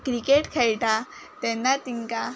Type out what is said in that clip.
cricket खेळटा तेन्ना तांकां